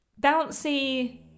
bouncy